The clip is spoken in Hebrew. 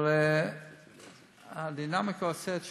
אבל הדינמיקה עושה את שלה.